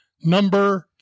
Number